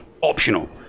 optional